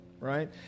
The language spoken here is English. Right